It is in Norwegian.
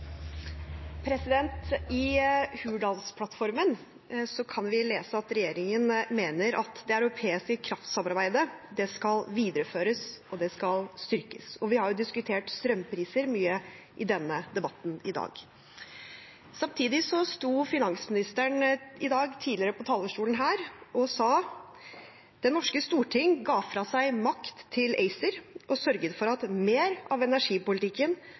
lese at regjeringen mener at det europeiske kraftsamarbeidet skal videreføres og styrkes – og vi har jo diskutert strømpriser mye i debatten i dag. Samtidig sto finansministeren på talerstolen tidligere i dag og sa at det norske storting ga fra seg makt til ACER og sørget for at mer av energipolitikken